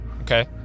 Okay